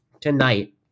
tonight